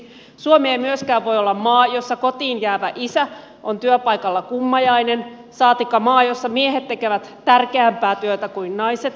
suomi ei myöskään voi olla maa jossa kotiin jäävä isä on työpaikalla kummajainen saatikka maa jossa miehet tekevät tärkeämpää työtä kuin naiset